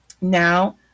Now